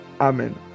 Amen